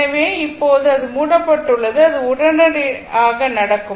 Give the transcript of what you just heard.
எனவே இப்போது அது மூடப்பட்டுள்ளது அது உடனடியாக நடக்கும்